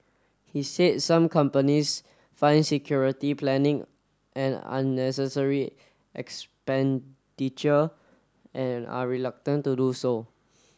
he said some companies find security planning an unnecessary expenditure and are reluctant to do so